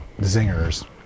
zingers